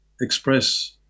express